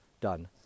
done